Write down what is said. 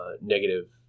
negative